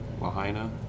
Lahaina